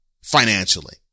Financially